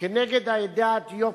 כנגד העדה האתיופית,